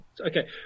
Okay